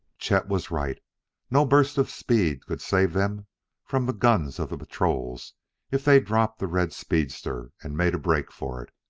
chet was right no burst of speed could save them from the guns of the patrols if they dropped the red speedster and made a break for it.